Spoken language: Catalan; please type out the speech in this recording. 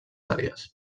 àrees